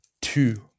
two